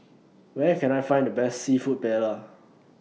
Where Can I Find The Best Seafood Paella